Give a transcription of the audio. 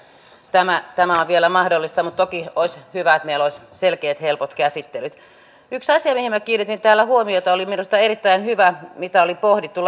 tämä on vielä mahdollista mutta toki olisi hyvä että meillä olisi selkeät helpot käsittelyt yksi asia mihin minä kiinnitin täällä huomiota minusta oli erittäin hyvä että lakivaliokunnassa oli pohdittu